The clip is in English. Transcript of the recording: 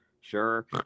Sure